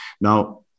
Now